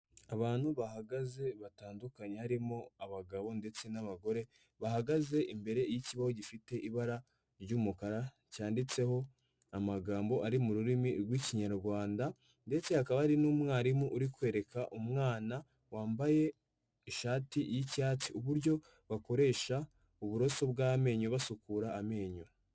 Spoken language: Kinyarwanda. Abantu bahagaze batandukanye harimo abagabo ndetse n'abagore, bahagaze imbere y'ikibaho gifite ibara ry'umukara cyanditseho amagambo ari mu rurimi rw'ikinyarwanda ndetse hakaba hari n'umwarimu uri kwereka umwana wambaye ishati y'icyatsi uburyo bakoresha uburoso bw'amenyo basukura amenyo.